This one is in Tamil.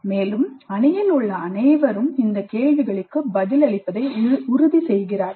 மேலும் அணியில் உள்ள அனைவரும் இந்தக் கேள்விகளுக்கு பதிலளிப்பதை உறுதி செய்கிறார்கள்